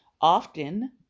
often